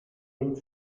und